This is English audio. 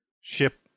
ship